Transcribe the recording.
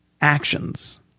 actions